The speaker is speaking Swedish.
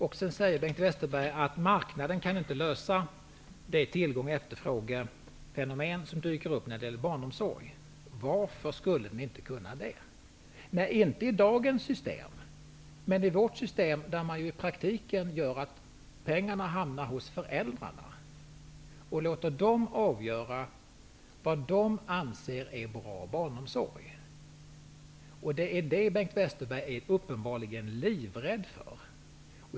Bengt Westerberg säger vidare att marknaden inte kan lösa fenomenet med tillgång och efterfrå gan, som dyker upp när det gäller barnomsorg. Varför skulle den inte kunna det? Nej, inte med dagens system, men med Ny demokratis system, där pengarna i praktiken hamnar hos föräldrarna. Vi låter föräldrarna avgöra vad de anser är bra barnomsorg. Det är Bengt Westerberg uppenbar ligen livrädd för.